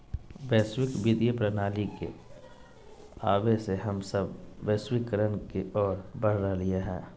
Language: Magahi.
वैश्विक वित्तीय प्रणाली के आवे से हम सब वैश्वीकरण के ओर बढ़ रहलियै हें